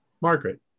Margaret